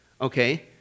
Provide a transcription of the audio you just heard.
okay